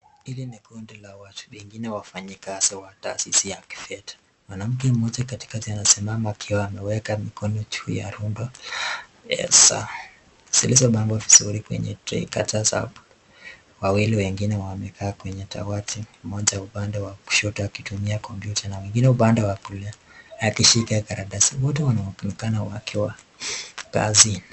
Hili ni kundi la watu wengine wafanyikazi wa taasisi ya kifedha. Mwanamke mmoja katikati anasimama akiwa ameweka mikono juu ya rhumba ya saa. Zilizopamba vizuri kwenye treka safi. Wawili wengine wamekaa kwenye dawati mmoja upande wa kushoto akitumia kompyuta na wengine upande wakulia akishika karatasi wotw wanaonekana wakiwa kazini.